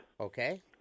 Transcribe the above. Okay